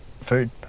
food